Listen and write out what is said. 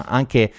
anche